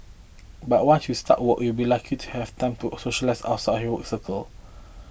but once you start work you'll be lucky to have time to socialise outside work circle